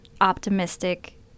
optimistic